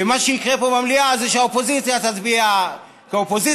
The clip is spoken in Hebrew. ומה שיקרה פה במליאה זה שהאופוזיציה תצביע כאופוזיציה,